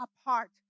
apart